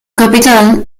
capital